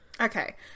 Okay